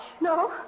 No